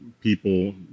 people